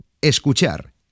Escuchar